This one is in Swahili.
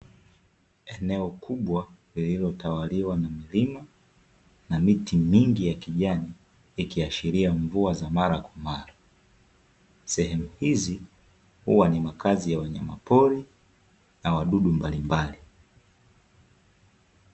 Eneo kubwa lililotawaliwa na milima na miti mingi ya kijani ikiashiria mvua za mara kwa mara. Sehemu hizi, huwa ni makazi ya wanyama pori na wadudu mbalimbali.